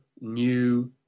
new